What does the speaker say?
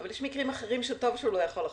אבל יש מקרים אחרים שבהם טוב שהוא לא יכול לחתום.